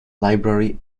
library